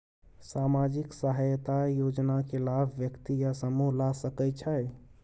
सामाजिक सहायता योजना के लाभ व्यक्ति या समूह ला सकै छै?